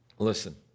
Listen